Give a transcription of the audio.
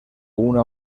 una